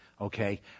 Okay